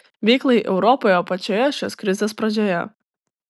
veiklai europoje pačioje šios krizės pradžioje